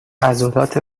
عضلات